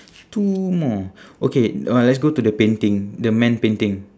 two more okay uh let's go to the painting the man painting